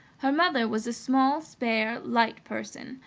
her mother was a small, spare, light person,